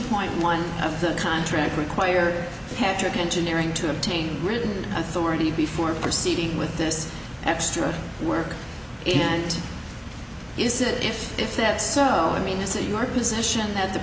point one of the contract required have to be engineering to obtain written authority before proceeding with this extra work in hand is it if if that so i mean is it your position that the